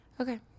Okay